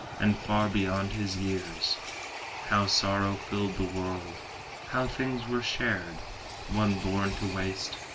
and far beyond his years how sorrow filled the world how things were shared one born to waste,